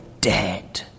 dead